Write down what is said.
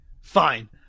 Fine